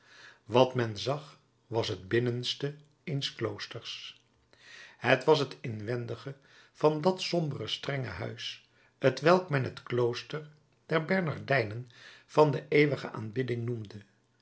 wat men zag was het binnenste eens kloosters het was het inwendige van dat sombere strenge huis t welk men het klooster der bernardijnen van de eeuwige aanbidding noemde